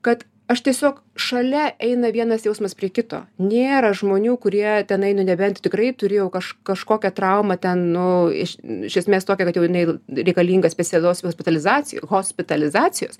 kad aš tiesiog šalia eina vienas jausmas prie kito nėra žmonių kurie tenai nu nebent tikrai turi jau kaž kažkokią traumą ten nu iš iš esmės tokią kad jinai reikalinga specialiosios hospitalizacijo hospitalizacijos